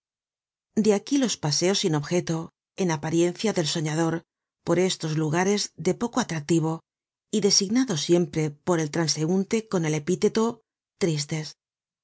de aquí los paseos sin objeto en apariencia del soñador por estos lugares de poco atractivo y designados siempre por el transeunte con el epíteto tristes